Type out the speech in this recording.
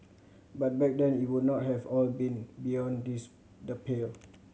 but back then it would not have all been beyond this the pale